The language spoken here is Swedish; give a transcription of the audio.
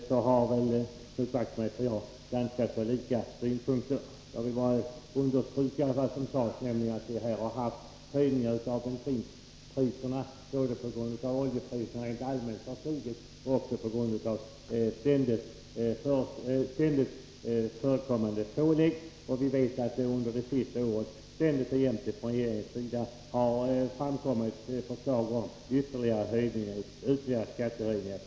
Fru talman! När det gäller försäljningsskatten har Knut Wachtmeister och jag i stort sett samma synpunkt. Jag vill bara understryka det som sades, nämligen att bensinpriserna har höjts både på grund av att oljepriserna rent allmänt har stigit och på grund av ständigt förekommande pålägg. Vi vet att regeringen under det senaste året ständigt och jämt har lagt fram förslag om ytterligare höjningar av bensinskatten.